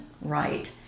right